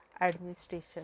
administration